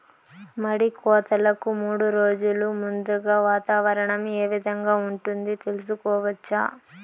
మడి కోతలకు మూడు రోజులు ముందుగా వాతావరణం ఏ విధంగా ఉంటుంది, తెలుసుకోవచ్చా?